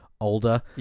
older